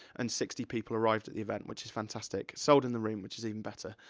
and sixty people arrived at the event, which is fantastic. sold in the room, which is even better.